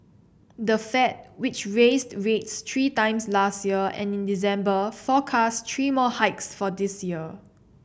the Fed which raised rates three times last year and in December forecast three more hikes for this year